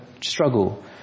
struggle